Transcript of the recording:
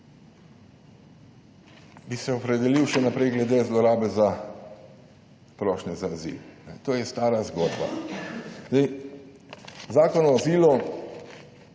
bi se opredelil še naprej glede zlorabe za prošnje za azil. To je stara zgodba. Zakon o azilu